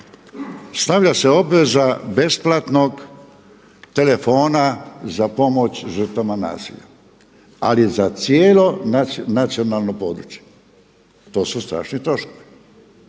stavlja se obveza besplatnog telefona za pomoć žrtvama nasilja ali za cijelo nacionalno područje. To su strašni troškovi.